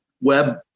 web